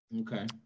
Okay